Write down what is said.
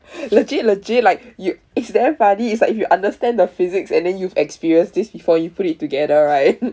legit legit like you it's damn funny it's like if you understand the physics and then you've experienced this before you put it together right